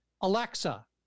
Alexa